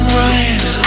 right